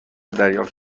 دریافت